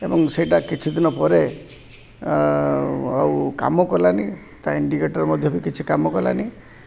ଏବଂ ସେଇଟା କିଛି ଦିନ ପରେ ଆଉ କାମ କଲାନି ତା' ଇଣ୍ଡିକେଟର ମଧ୍ୟ ବି କିଛି କାମ କଲାନି